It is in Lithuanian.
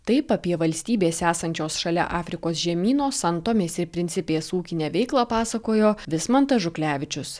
taip apie valstybės esančios šalia afrikos žemyno san tomės ir prinsipės ūkinę veiklą pasakojo vismantas žuklevičius